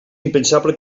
impensable